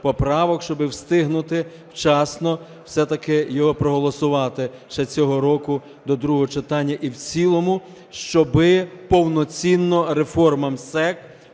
щоб встигнути вчасно все-таки його проголосувати ще цього року до другого читання і в цілому, щоби повноцінно реформа МСЕК